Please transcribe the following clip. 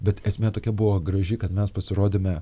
bet esmė tokia buvo graži kad mes pasirodėme